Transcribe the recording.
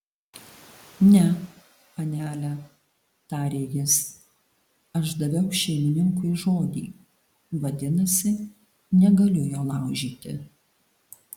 ne panele tarė jis aš daviau šeimininkui žodį vadinasi negaliu jo laužyti